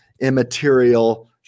immaterial